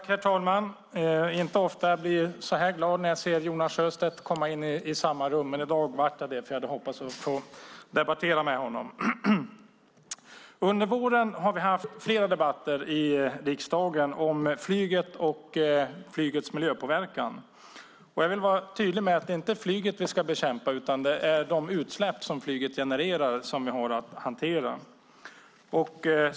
Herr talman! Det är inte ofta jag blir så här glad när jag ser Jonas Sjöstedt komma in i samma rum, men i dag blev jag det eftersom jag hade hoppats få debattera med honom. Under våren har vi haft flera debatter i riksdagen om flyget och flygets miljöpåverkan. Jag vill vara tydlig med att det inte är flyget vi ska bekämpa, utan det är de utsläpp som flyget genererar vi har att hantera.